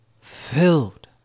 filled